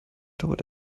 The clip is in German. dauert